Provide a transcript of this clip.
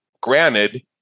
granted